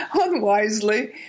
unwisely